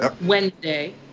Wednesday